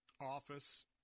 office